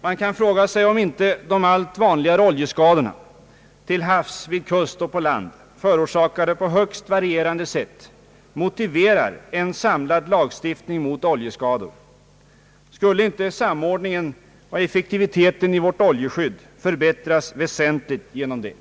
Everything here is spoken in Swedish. Man kan fråga sig om inte de allt vanligare oljeskadorna till havs, vid kust och på land, förorsakade på högst varierande sätt, motiverar en samlad lagstiftning mot oljeskador. Skulle inte samordningen och effektiviteten i vårt oljeskydd förbättras väsentligt därigenom?